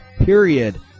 period